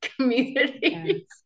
communities